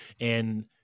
And-